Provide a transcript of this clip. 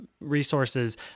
resources